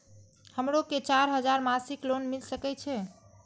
हमरो के चार हजार मासिक लोन मिल सके छे?